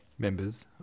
Members